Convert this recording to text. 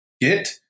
get